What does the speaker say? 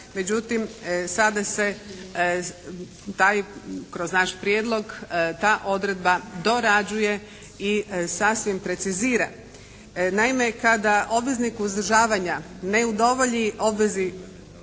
Međutim, sada se taj kroz naš prijedlog, ta odredba dorađuje i sasvim precizira. Naime, kada obveznik uzdržavanja ne udovolji obvezi,